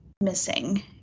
missing